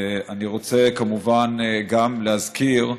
ואני רוצה כמובן גם להזכיר,